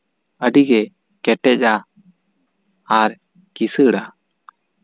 ᱟᱹᱰᱤᱜᱮ ᱠᱮᱴᱮᱡᱟ ᱟᱨ ᱠᱤᱥᱟᱹᱬᱟ